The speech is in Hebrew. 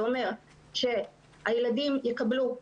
זה אומר שהילדים